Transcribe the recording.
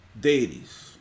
deities